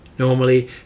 Normally